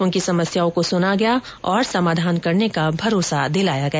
उनकी समस्याओं को सुना गया और समाधान करने का भरोसा दिलाया गया